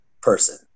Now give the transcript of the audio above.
person